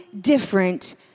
different